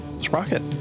Sprocket